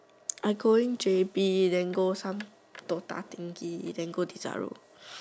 I going J_B then go some DOTA thingy then go desire